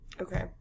Okay